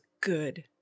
good